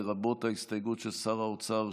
לרבות ההסתייגות של שר האוצר,